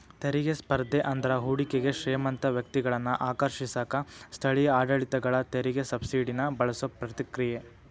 ತೆರಿಗೆ ಸ್ಪರ್ಧೆ ಅಂದ್ರ ಹೂಡಿಕೆಗೆ ಶ್ರೇಮಂತ ವ್ಯಕ್ತಿಗಳನ್ನ ಆಕರ್ಷಿಸಕ ಸ್ಥಳೇಯ ಆಡಳಿತಗಳ ತೆರಿಗೆ ಸಬ್ಸಿಡಿನ ಬಳಸೋ ಪ್ರತಿಕ್ರಿಯೆ